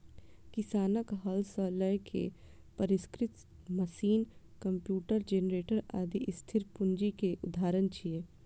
किसानक हल सं लए के परिष्कृत मशीन, कंप्यूटर, जेनरेटर, आदि स्थिर पूंजी के उदाहरण छियै